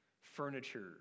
furniture